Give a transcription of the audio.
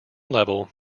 level